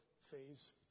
phase